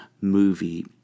movie